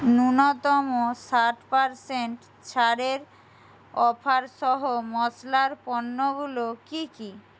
ন্যূনতম ষাট পারসেন্ট ছাড়ের অফার সহ মশলার পণ্যগুলো কি কি